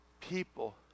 people